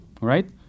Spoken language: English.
right